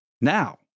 now